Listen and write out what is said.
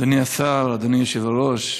אדוני השר, אדוני היושב-ראש,